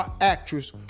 actress